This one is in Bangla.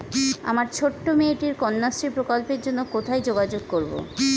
আমার ছোট্ট মেয়েটির কন্যাশ্রী প্রকল্পের জন্য কোথায় যোগাযোগ করব?